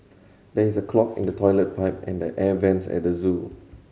there is a clog in the toilet pipe and the air vents at the zoo